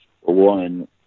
one